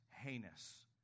heinous